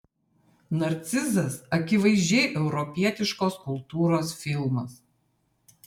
narcizas akivaizdžiai europietiškos kultūros filmas